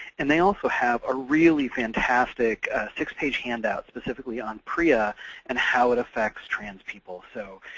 and they also have a really fantastic six-page handout specifically on prea and how it affects trans people. so,